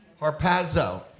harpazo